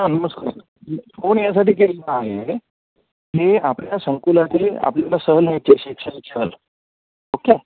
हां नमस्कार फोन यासाठी केलेला आहे की आपल्या संकुलाची आपल्याला सहल न्यायची आहे शैक्षणिक सहल ओके